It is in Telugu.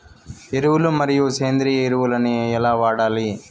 ఎరువులు మరియు సేంద్రియ ఎరువులని ఎలా వాడాలి?